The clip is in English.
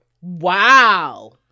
Wow